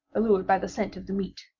allured by the scent of the meat.